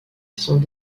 sont